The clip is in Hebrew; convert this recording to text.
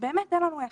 באמת אין לנו איך.